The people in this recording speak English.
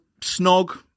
snog